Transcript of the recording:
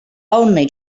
only